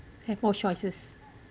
have more choices